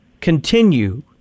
continue